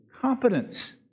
competence